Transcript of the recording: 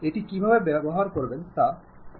এটি কীভাবে ব্যবহার করবেন তা অনুশীলন করতে হবে